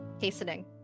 Hastening